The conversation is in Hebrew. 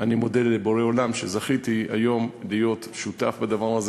אני מודה לבורא עולם שזכיתי היום להיות שותף בדבר הזה.